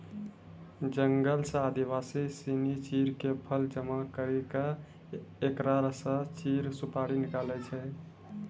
जंगल सॅ आदिवासी सिनि चीड़ के फल जमा करी क एकरा स चीड़ सुपारी निकालै छै